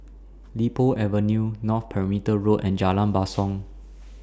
Li Po Avenue North Perimeter Road and Jalan Basong